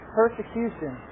persecution